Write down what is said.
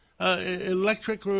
electric